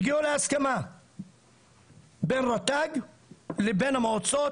הם הגיעו להסכמה בין רט"ג לבין המועצות,